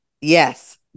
Yes